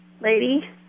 lady